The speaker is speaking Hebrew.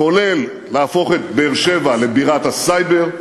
כולל להפוך את באר-שבע לבירת הסייבר,